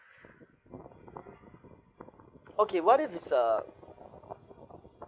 okay what if it's uh